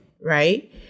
right